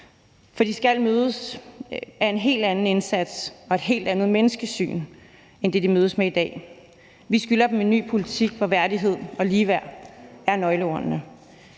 For de skal mødes med en helt anden indsats og et helt andet menneskesyn end det, de mødes med i dag. Vi skylder dem en ny politik, hvor værdighed og ligeværd er nøgleordene.